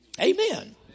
Amen